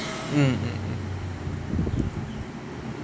mm mm mm